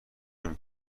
نمی